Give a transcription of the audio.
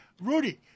Rudy